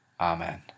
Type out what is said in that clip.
Amen